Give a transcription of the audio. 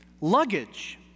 luggage